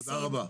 תודה רבה.